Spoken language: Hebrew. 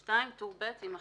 (2) טור ב' יימחק."